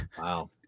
Wow